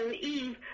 Eve